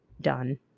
done